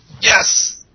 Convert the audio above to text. Yes